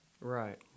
Right